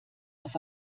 auf